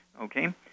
okay